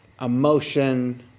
emotion